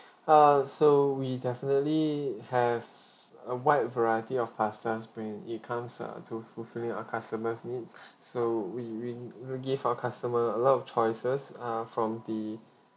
err so we definitely have a wide variety of pasta when it comes uh to fulfilling our customer's needs so we we we give our customer a lot of choices uh from the